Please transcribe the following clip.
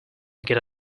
get